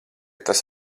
tas